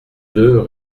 deux